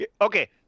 okay